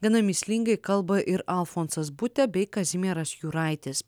gana mįslingai kalba ir alfonsas butė bei kazimieras juraitis